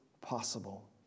possible